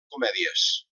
comèdies